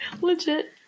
Legit